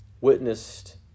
witnessed